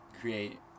create